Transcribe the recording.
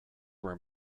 were